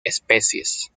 especies